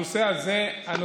הנושא הזה ספציפית,